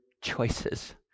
choices